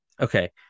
Okay